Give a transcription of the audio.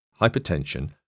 hypertension